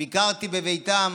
ביקרתי בביתם